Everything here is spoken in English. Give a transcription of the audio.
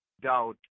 doubt